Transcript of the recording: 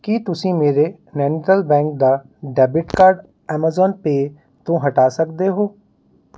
ਕੀ ਤੁਸੀਂਂ ਮੇਰੇ ਨੈਨੀਤਾਲ ਬੈਂਕ ਦਾ ਡੈਬਿਟ ਕਾਰਡ ਐਮਾਜ਼ਾਨ ਪੇ ਤੋਂ ਹਟਾ ਸਕਦੇ ਹੋ